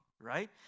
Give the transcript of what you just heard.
right